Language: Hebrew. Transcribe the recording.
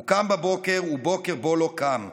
הוא / קם בבוקר, ובוקר בו לא קם.